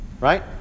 right